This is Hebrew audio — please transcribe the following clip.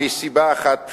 מסיבה אחת פשוטה,